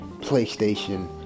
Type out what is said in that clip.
PlayStation